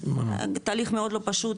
תהליך מאוד לא פשוט,